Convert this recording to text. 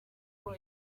kuko